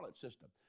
system